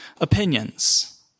opinions